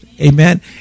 amen